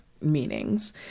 meanings